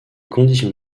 conditions